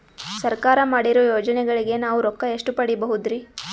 ಸರ್ಕಾರ ಮಾಡಿರೋ ಯೋಜನೆಗಳಿಗೆ ನಾವು ರೊಕ್ಕ ಎಷ್ಟು ಪಡೀಬಹುದುರಿ?